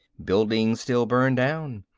buildings still burn down.